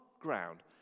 ground